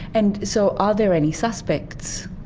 and so are there any suspects?